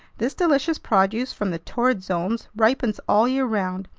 this delicious produce from the torrid zones ripens all year round,